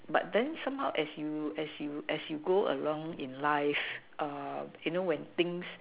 but then somehow as you as you as you go along in life you know when things